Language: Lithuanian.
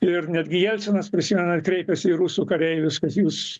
ir netgi jelcinas prisimenat kreipėsi į rusų kareivius kad jūs